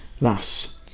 Thus